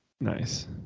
Nice